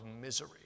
misery